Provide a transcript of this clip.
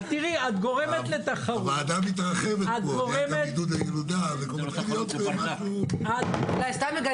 תגמרי עד 5. לא טען המפר